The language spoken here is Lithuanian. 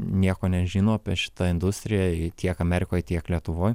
nieko nežino apie šitą industriją tiek amerikoj tiek lietuvoj